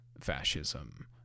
fascism